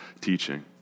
teaching